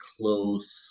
close